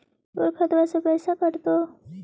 तोर खतबा से पैसा कटतो?